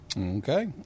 Okay